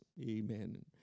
Amen